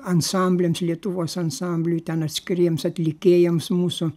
ansambliams lietuvos ansambliui ten atskiriems atlikėjams mūsų